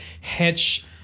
hedge